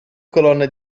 colonne